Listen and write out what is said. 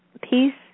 peace